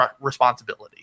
responsibility